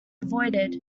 avoided